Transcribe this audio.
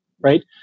right